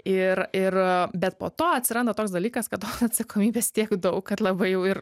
ir ir bet po to atsiranda toks dalykas kad atsakomybės tiek daug kad labai jau ir